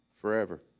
forever